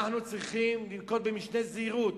אנחנו צריכים לנקוט משנה זהירות,